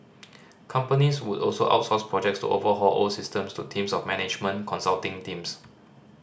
companies would also outsource projects to overhaul old systems to teams of management consulting teams